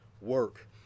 work